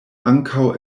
ankaŭ